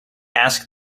asked